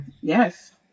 Yes